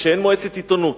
כשאין מועצת עיתונות,